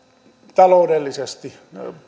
taloudellisesti